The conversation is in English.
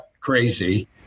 crazy